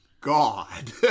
god